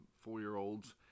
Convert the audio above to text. four-year-olds